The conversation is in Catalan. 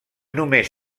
només